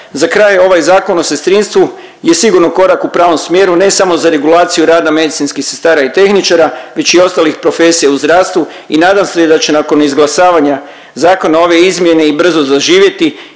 Za kraj, ovaj Zakon o sestrinstvu je sigurno korak u pravom smjeru, ne samo za regulaciju rada medicinskih sestara i tehničara, već i ostalih profesija u zdravstvu i nadam se da će nakon izglasavanja zakona ove izmjene i brzo zaživjeti